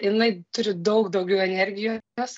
jinai turi daug daugiau energijos